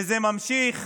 וזה ממשיך